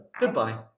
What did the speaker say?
Goodbye